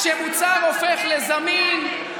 כשמוצר הופך לזמין,